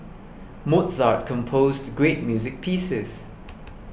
Mozart composed great music pieces